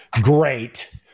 great